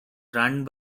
run